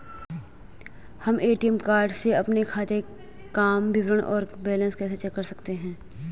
हम ATM card से अपने खाते काम विवरण और बैलेंस कैसे चेक कर सकते हैं?